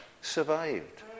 survived